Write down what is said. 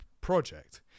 project